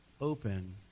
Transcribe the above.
open